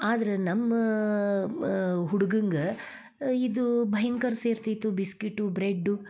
ಆದ್ರೆ ನಮ್ಮ ಹುಡ್ಗಂಗೆ ಇದು ಭಯಂಕರ ಸೇರ್ತಿತ್ತು ಬಿಸ್ಕಿಟು ಬ್ರೆಡ್ಡು